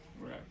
Right